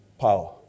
power